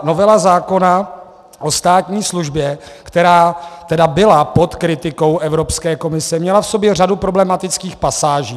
Novela zákona o státní službě, která byla pod kritikou Evropské komise, měla v sobě řadu problematických pasáží.